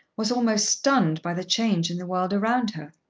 was almost stunned by the change in the world around her.